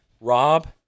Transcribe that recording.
Rob